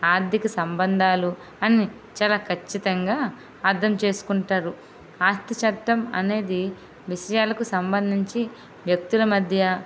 ఆర్థిక సంబంధాలు అని చాలా ఖచ్చితంగా అర్థం చేసుకుంటారు ఆస్తి చట్టం అనేది విషయాలకు సంబంధించి వ్యక్తుల మధ్య